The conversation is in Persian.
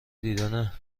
دیدن